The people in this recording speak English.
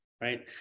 right